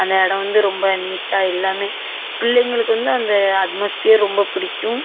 அந்த இடம் வந்து ரொம்ப நீட்டாக எல்லாம் பிள்ளைங்களுக்கு வந்து அந்த அட்மாஸ்பியர் ரொம்ப பிடிக்கும்